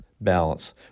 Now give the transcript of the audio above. Balance